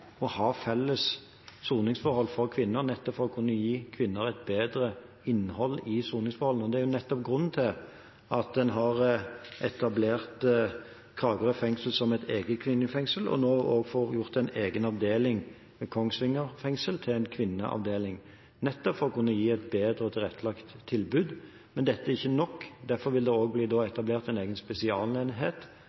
bedre innhold i soningen, og det er grunnen til at en har etablert Kragerø fengsel som et eget kvinnefengsel og nå også får gjort om en egen avdeling ved Kongsvinger fengsel til en kvinneavdeling, nettopp for å kunne gi et bedre tilrettelagt tilbud. Men dette er ikke nok, og derfor vil det også bli etablert en egen spesialenhet